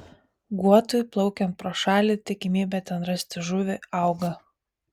guotui plaukiant pro šalį tikimybė ten rasti žuvį auga